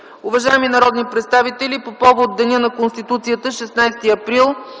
Уважаеми народни представители, по повод Деня на Конституцията – 16 април,